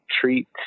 treat